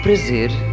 prazer